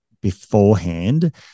beforehand